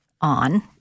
on